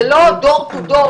זה לא מדלת לדלת,